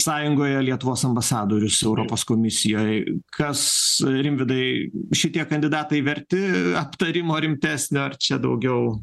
sąjungoje lietuvos ambasadorius europos komisijoje kas rimvydai šitie kandidatai verti aptarimo rimtesnio ar čia daugiau